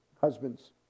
Husbands